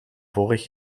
vorig